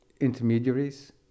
intermediaries